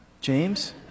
James